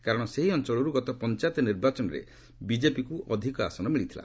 କାରଣ ସେହି ଅଞ୍ଚଳରୁ ଗତ ପଞ୍ଚାୟତ ନିର୍ବାଚନରେ ବିଜେପିକ୍ତ ଅଧିକ ଆସନ ମିଳିଥିଲା